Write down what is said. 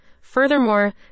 Furthermore